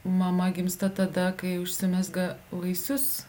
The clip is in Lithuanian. mama gimsta tada kai užsimezga vaisius